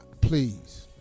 please